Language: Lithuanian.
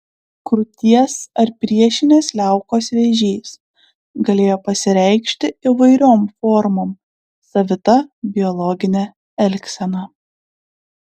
krūties ar priešinės liaukos vėžys galėjo pasireikšti įvairiom formom savita biologine elgsena